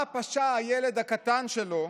מה פשע הילד הקטן שלו,